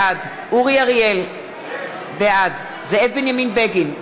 בעד אורי אריאל, בעד זאב בנימין בגין,